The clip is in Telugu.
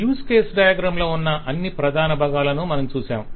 యూజ్ కేస్ డయాగ్రమ్ లో ఉన్న అన్ని ప్రధాన భాగాలను మనం చూశాము